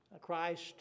Christ